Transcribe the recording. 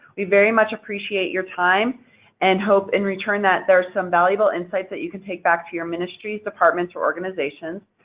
we very much appreciate your time and hope in return that there are some valuable insights that you can take back to your ministries, departments, or organizations.